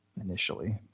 initially